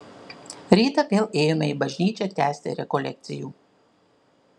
rytą vėl ėjome į bažnyčią tęsti rekolekcijų